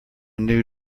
new